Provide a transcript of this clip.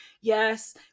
yes